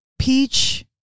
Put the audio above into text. Peach